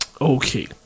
Okay